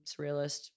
surrealist